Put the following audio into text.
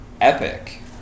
Epic